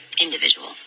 individual